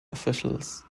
officials